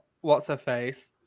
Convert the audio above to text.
What's-Her-Face